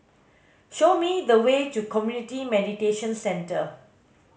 show me the way to Community Mediation Centre